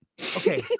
okay